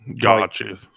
Gotcha